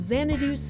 Xanadu